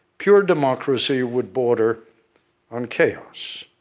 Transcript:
pure democracy would border on chaos.